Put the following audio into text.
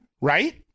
right